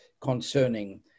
concerning